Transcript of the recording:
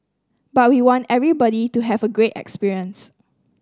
but we want everybody to have a great experience